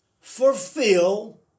fulfill